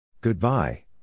Goodbye